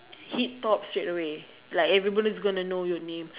heat talk straightaway like everybody is gonna know your name